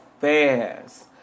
fast